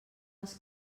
els